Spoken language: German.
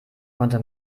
konnte